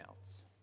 else